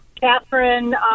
Catherine